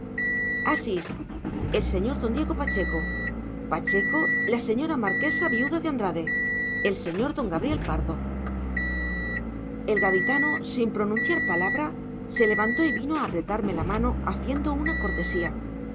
asís el señor don diego pacheco pacheco la señora marquesa viuda de andrade el señor don gabriel pardo el gaditano sin pronunciar palabra se levantó y vino a apretarme la mano haciendo una cortesía